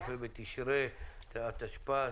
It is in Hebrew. כ"ה בתשרי התשפ"א,